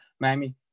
Miami